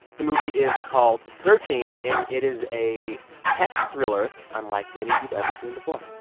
the movie is called searching. and it is a tech thriller unlike any you've ever seen before.